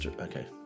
Okay